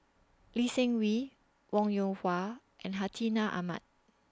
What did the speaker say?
Lee Seng Wee Wong Yoon Wah and Hartinah Ahmad